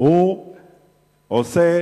הוא עושה